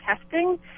testing